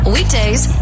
Weekdays